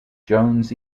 jones